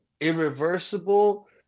irreversible